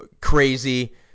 crazy